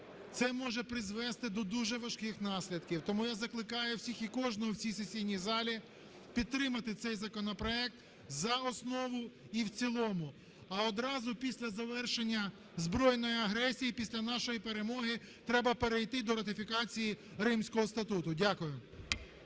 це може призвести до дуже важких наслідків. Тому я закликаю всіх і кожного в цій сесійній залі підтримати цей законопроект за основу і в цілому. А одразу після завершення збройної агресії, після нашої перемоги треба перейти до ратифікації Римського статуту. Дякую.